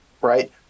Right